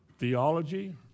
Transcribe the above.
theology